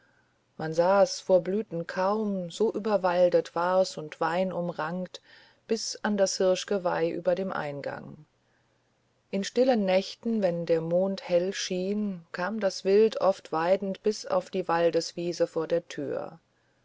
man sah's vor blüten kaum so überwaldet war's und weinumrankt bis an das hirschgeweih über dem eingang in stillen nächten wenn der mond hell schien kam das wild oft weidend bis auf die waldeswiese vor der tür